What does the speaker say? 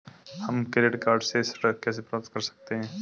हम credit card से ऋण कैसे प्राप्त कर सकते हैं?